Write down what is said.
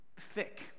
thick